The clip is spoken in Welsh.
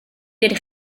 ydych